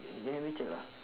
me check lah